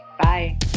bye